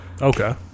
Okay